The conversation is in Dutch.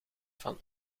van